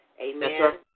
Amen